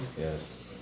Yes